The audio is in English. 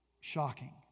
shocking